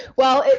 well,